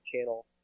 channel